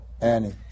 Annie